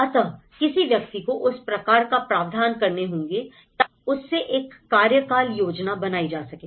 अतः किसी व्यक्ति को उस प्रकार का प्रावधान करने होंगे ताकि उससे एक कार्यकाल योजना बनाई जा सके